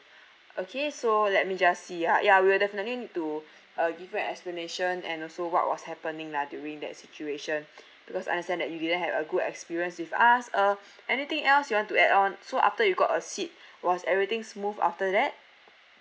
okay so let me just see ah ya we will definitely need to uh give you an explanation and also what was happening lah during that situation because understand that you didn't had a good experience with us uh anything else you want to add on so after you got a seat was everything's smooth after that